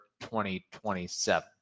2027